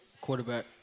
quarterback